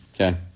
okay